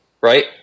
right